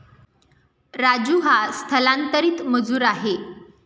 राजू हा स्थलांतरित मजूर आहे